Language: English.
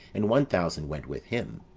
and one thousand went with him.